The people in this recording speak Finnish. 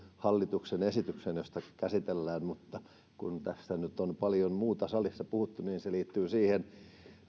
hallituksen esitykseen jota käsitellään mutta tässä nyt on paljon muutakin salissa puhuttu ja se liittyy siihen olen